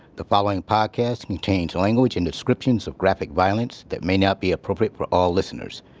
the following podcast contains language and descriptions of graphic violence that may not be appropriate for all listeners.